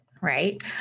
right